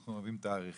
אנחנו אוהבים תאריכים,